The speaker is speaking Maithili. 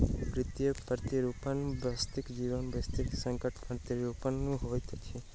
वित्तीय प्रतिरूपण वास्तविक जीवनक वित्तीय संकट के प्रतिरूपण होइत अछि